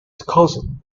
cousin